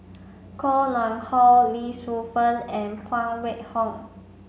Koh Nguang How Lee Shu Fen and Phan Wait Hong